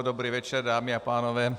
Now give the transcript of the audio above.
Dobrý večer dámy a pánové.